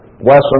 Wesson